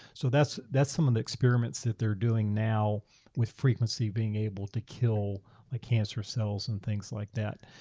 so that's that's some of the experiments that they're doing now with frequency being able to kill cancer cells and things like that.